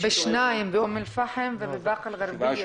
בשתיים, באום אל-פחם ובבקה אל גרביה.